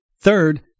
Third